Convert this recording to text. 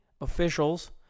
officials